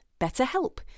BetterHelp